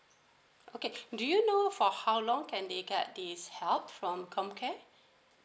okay do you know for how long can they get this help from comcare